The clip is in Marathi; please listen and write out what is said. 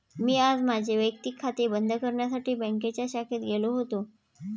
मी आज माझे वैयक्तिक खाते बंद करण्यासाठी बँकेच्या शाखेत गेलो होतो